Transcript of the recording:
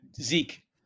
Zeke